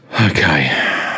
Okay